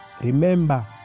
Remember